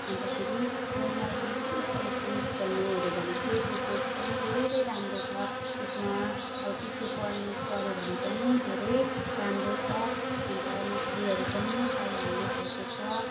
अन्त फेरि मलाई जुन चाहिँ उसले कोर्स गर्नुहरू भनेको थियो त्यो कोर्स पनि धेरै राम्रो छ त्यसमा अब पछि पढ्नु पऱ्यो भने पनि धेरै राम्रो छ अन्त नोकरीहरू पनि पाइहाल्ने खालके छ